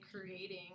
creating